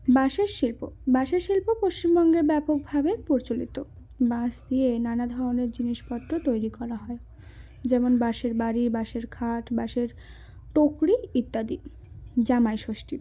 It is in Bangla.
বাঁশের শিল্প বাঁশের শিল্প পশ্চিমবঙ্গে ব্যাপকভাবে প্রচলিত বাঁশ দিয়ে নানা ধরনের জিনিসপত্র তৈরি করা হয় যেমন বাঁশের বাড়ি বাঁশের খাট বাঁশের টকরি ইত্যাদি জামাই ষষ্ঠী